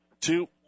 two